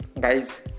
guys